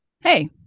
Hey